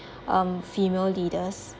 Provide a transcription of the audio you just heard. um female leaders